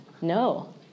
No